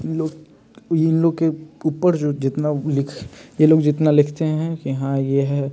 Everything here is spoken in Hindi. इन लोग इन लोग के ऊपर जो जितना वो लिख ये लोग जितना लिखते हैं कि हाँ ये है